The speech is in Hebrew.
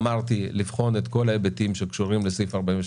אמרתי לבחון את כל ההיבטים שקשורים לסעיף 46,